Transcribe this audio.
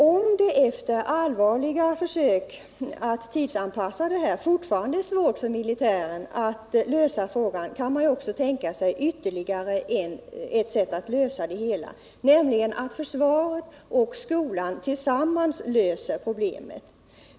Om det efter allvarliga försök att klara tidsanpassningen fortfarande är svårt för de militära myndigheterna att lösa frågan, kan man tänka sig ytterligare ett förfaringssätt, nämligen att försvaret och skolan tillsammans löser problemet.